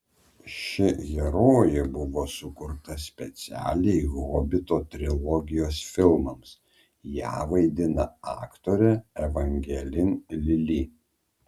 ši herojė buvo sukurta specialiai hobito trilogijos filmams ją vaidina aktorė evangelin lili